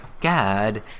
God